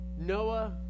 Noah